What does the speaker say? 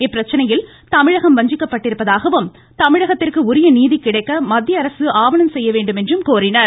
இப்பிரச்சனையில் தமிழகம் வஞ்சிக்கப்பட்டிருப்பதாகவும் தமிழகத்திற்கு உரிய நீதி கிடைக்க மத்திய அரசு ஆவனம் செய்ய வேண்டும் என்றும் கோரினார்கள்